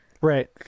right